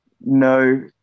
No